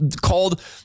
called